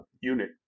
unit